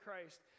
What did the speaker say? Christ